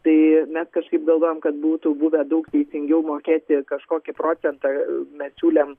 tai mes kažkaip galvojam kad būtų buvę daug teisingiau mokėti kažkokį procentą mes siūlėm